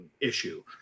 issue